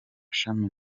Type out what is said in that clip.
shami